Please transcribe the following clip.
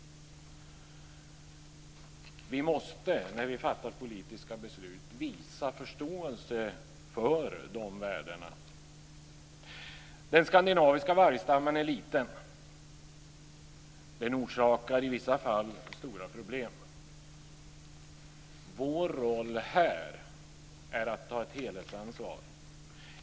Vi måste, när vi fattar politiska beslut, visa förståelse för dessa värden. Den skandinaviska vargstammen är liten, men den orsakar i vissa fall stora problem. Vår roll här är att ta ett helhetsansvar.